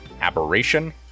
aberration